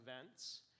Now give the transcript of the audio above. events